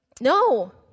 No